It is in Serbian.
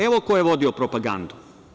Evo ko je vodio propagandu.